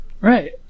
Right